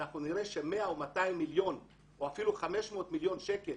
אנחנו נראה ש-100 או 200 מיליון או אפילו 500 מיליון שקלים